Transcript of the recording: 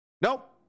Nope